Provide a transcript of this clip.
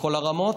לכל הרמות.